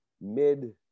mid